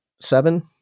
seven